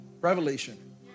revelation